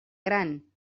gran